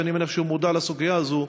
שאני מניח שהוא מודע לסוגיה הזו,